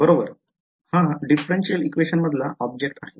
हा differential equation मधला object आहे